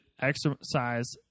exercise